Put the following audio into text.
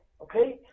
Okay